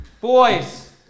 boys